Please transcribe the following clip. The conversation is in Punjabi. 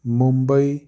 ਮੁੰਬਈ